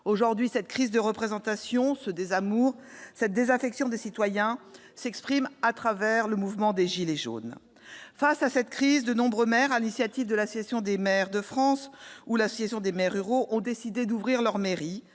Aujourd'hui, cette crise de représentation, ce désamour, cette désaffection des citoyens s'expriment au travers du mouvement des « gilets jaunes ». Face à cette crise, de nombreux maires, sur l'initiative de l'Association des maires de France ou de l'Association des maires ruraux de France, ont décidé d'ouvrir leur mairie,